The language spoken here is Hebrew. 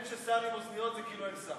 שזה גם בניגוד לתקנון הכנסת,